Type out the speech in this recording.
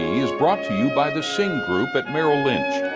is brought to you by the singh group at merrill lynch.